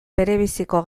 berebiziko